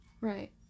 Right